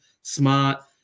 smart